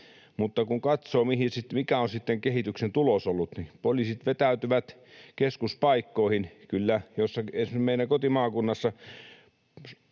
niin kun katsoo, mikä on sitten kehityksen tulos ollut, niin poliisit vetäytyvät keskuspaikkoihin. Kyllä esimerkiksi meidän kotimaakunnassa